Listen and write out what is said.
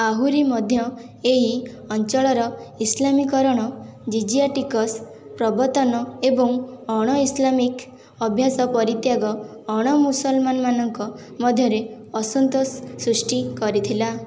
ଆହୁରି ମଧ୍ୟ ଅଞ୍ଚଳର ଇସଲାମୀକରଣ ଜିଜିଆ ଟିକସ ପ୍ରବର୍ତ୍ତନ ଏବଂ ଅଣ ଇସଲାମିକ ଅଭ୍ୟାସ ପରିତ୍ୟାଗ ଅଣ ମୁସଲମାନ ମାନଙ୍କ ମଧ୍ୟରେ ଅସନ୍ତୋଷ ସୃଷ୍ଟି କରିଥିଲା